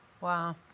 wow